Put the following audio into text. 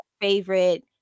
favorite